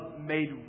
made